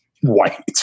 white